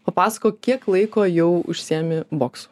papasakok kiek laiko jau užsiėmi boksu